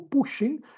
pushing